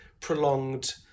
prolonged